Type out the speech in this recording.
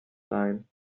sein